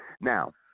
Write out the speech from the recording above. Now